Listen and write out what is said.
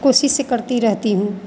कोशिशें करती रहती हूँ